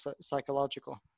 psychological